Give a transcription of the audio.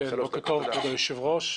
בוקר טוב, כבוד היושב ראש.